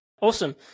Awesome